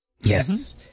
yes